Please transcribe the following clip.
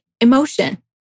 emotion